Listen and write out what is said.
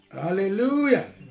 Hallelujah